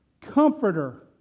comforter